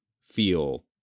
feel